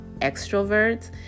extroverts